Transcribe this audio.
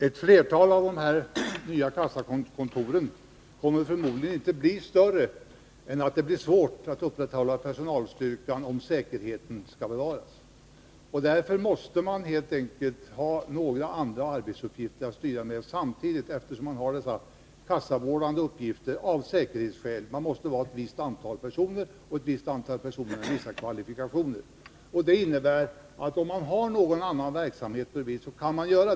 Fru talman! Ett flertal av de nya kassakontoren kommer förmodligen inte att vara större än att det blir svårt att hålla en sådan personalstyrka att säkerheten kan bevaras. Därför måste man helt enkelt ha några andra uppgifter att styra med, vid sidan av de kassavårdande uppgifterna — av säkerhetsskäl. Det måste alltså finnas ett visst antal personer med vissa kvalifikationer. Det går bra, om man har annan verksamhet vid sidan om.